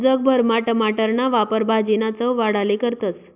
जग भरमा टमाटरना वापर भाजीना चव वाढाले करतस